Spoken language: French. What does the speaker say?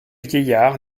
vieillard